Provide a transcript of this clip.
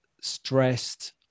stressed